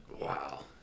Wow